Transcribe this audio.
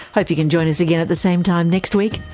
hope you can join us again at the same time next week.